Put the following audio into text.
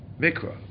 Mikra